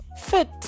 Fit